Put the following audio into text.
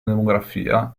demografia